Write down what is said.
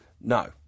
No